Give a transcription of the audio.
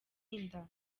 inda